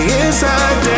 inside